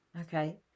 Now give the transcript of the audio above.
Okay